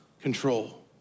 control